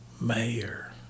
Mayor